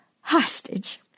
hostage